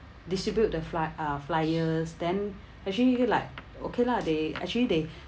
distribute the fly~ uh flyers then actually like okay lah they actually they